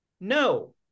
no